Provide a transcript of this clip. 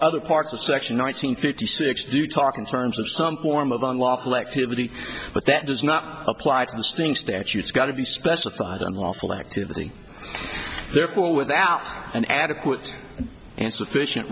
other parts of section nine hundred fifty six do talk in terms of some form of unlawful activity but that does not apply to the sting statutes got to be specified unlawful activity therefore without an adequate and sufficient